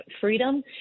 freedom